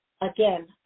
again